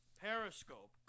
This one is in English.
Periscope